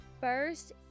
first